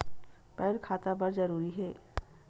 Pan खाता बर जरूरी हे?